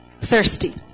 thirsty